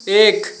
एक